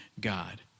God